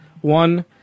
One